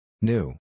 New